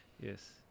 Yes